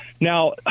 Now